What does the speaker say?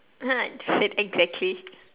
said exactly